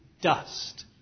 dust